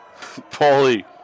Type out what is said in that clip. Paulie